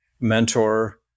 mentor